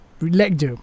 Relax